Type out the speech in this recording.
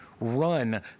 run